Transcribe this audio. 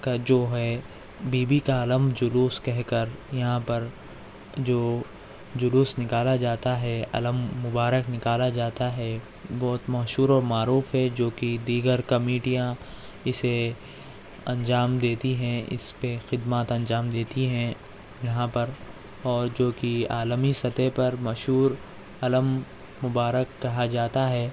کا جو ہے بی بی کا عَلم جلوس کہہ کر یہاں پر جو جلوس نکالا جاتا ہے عَلم مبارک نکالا جاتا ہے بہت مشہور و معروف ہے جو کہ دیگر کمیٹیاں اسے انجام دیتی ہیں اس پہ خدمات انجام دیتی ہیں یہاں پر اور جو کہ عالمی سطح پر مشہور عَلم مبارک کہا جاتا ہے